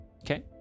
okay